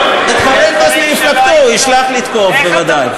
אבל את חברי הכנסת ממפלגתו הוא ישלח לתקוף בוודאי.